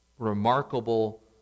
Remarkable